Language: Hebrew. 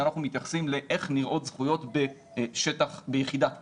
שאנחנו מתייחסים לאיך נראות זכויות ביחידת קרקע.